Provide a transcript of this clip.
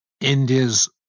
India's